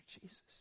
Jesus